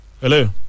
Hello